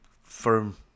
firm